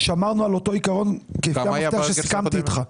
שמרנו על אותו עיקרון, כי זה המפתח שסיכמתי איתך.